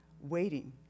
waiting